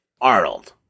Arnold